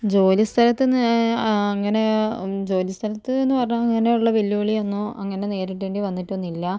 ജോലി സ്ഥലത്തിൽ നിന്ന് ആ അങ്ങനെ ജോലിസ്ഥലത്ത് എന്നു പറഞ്ഞാൽ അങ്ങനെയുള്ള വെല്ലുവിളിയൊന്നും അങ്ങനെ നേരിടേണ്ടി വന്നിട്ടൊന്നും ഇല്ല